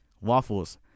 Waffles